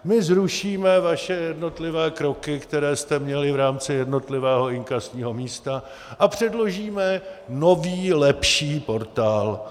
My zrušíme vaše jednotlivé kroky, které jste měli v rámci jednotlivého inkasního místa, a předložíme nový lepší portál.